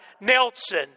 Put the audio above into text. Nelson